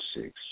six